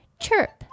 chirp